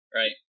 right